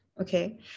okay